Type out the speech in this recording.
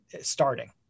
starting